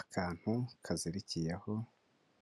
akantu kazirikiyeho.